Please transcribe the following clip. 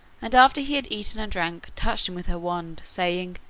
and after he had eaten and drank, touched him with her wand, saying,